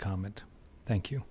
comment thank you